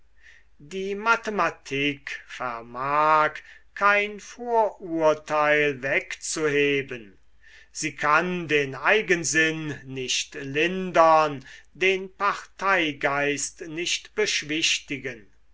die mathematik vermag kein vorurteil wegzuheben sie kann den eigensinn nicht lindern den parteigeist nicht beschwichtigen